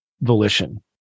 volition